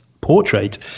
portrait